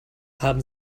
haben